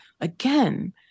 again